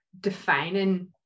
defining